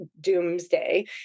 doomsday